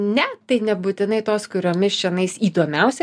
ne tai nebūtinai tos kuriomis čionais įdomiausi